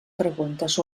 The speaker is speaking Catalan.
preguntes